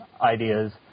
ideas